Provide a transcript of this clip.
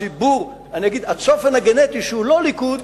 הציבור, אני אגיד: הצופן הגנטי שהוא לא ליכוד